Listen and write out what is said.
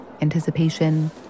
anticipation